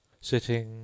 sitting